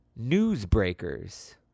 Newsbreakers